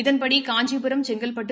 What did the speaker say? இதன்படி காஞ்சிபுரம் செங்கல்டட்டு